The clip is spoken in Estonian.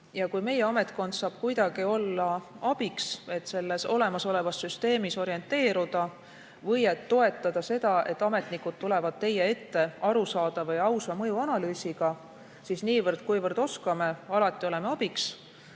Kui meie ametkond saab kuidagi olla abiks, et selles olemasolevas süsteemis orienteeruda või et toetada seda, et ametnikud tulevad teie ette arusaadava ja ausa mõjuanalüüsiga, siis niivõrd, kuivõrd oskame, alati oleme abiks.